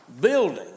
building